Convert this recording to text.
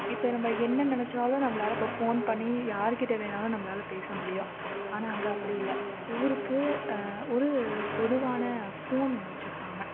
இப்போ நம்ம என்ன நெனைச்சாலும் நம்மளால் இப்போ ஃபோன் பண்ணி யார்கிட்டே வேணுனாலும் நம்மளால் பேச முடியும் ஆனால் அங்கே அப்படி இல்லை ஊருக்கு ஒரு பொதுவான ஃபோன் ஒன்று வெச்சுருப்பாங்க